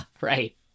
Right